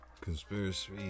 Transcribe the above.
Conspiracy